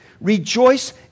Rejoice